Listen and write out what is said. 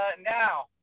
Now